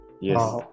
Yes